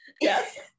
Yes